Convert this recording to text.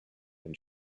when